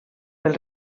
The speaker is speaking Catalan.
pel